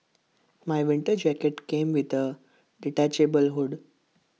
my winter jacket came with A detachable hood